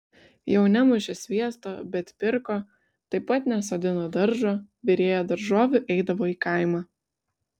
jau nemušė sviesto bet pirko taip pat nesodino daržo virėja daržovių eidavo į kaimą